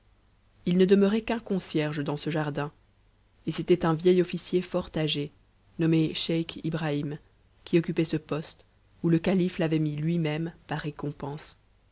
il ne demeurait qu'un concierge dans ce jardin et c'était un vieil mucier fort âgé nommé scheich ibrahim qui occupait ce poste où le svait mis lui-même par récompense